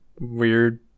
weird